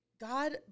God